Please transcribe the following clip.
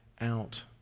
out